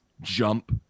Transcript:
jump –